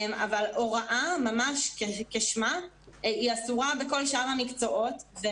הוראה ממש כשמה אסורה בכל שאר המקצועות.